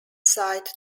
site